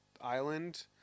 island